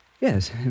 Yes